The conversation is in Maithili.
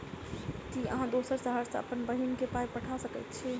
की अहाँ दोसर शहर सँ अप्पन बहिन केँ पाई पठा सकैत छी?